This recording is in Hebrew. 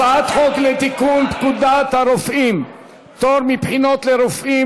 הצעת חוק לתיקון פקודת הרופאים (פטור מבחינות לרופאים